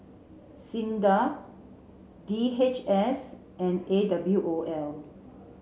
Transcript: SINDA D H S and A W O L